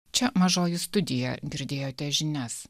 čia mažoji studija girdėjote žinias